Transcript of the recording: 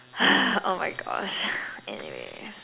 orh my gosh anyways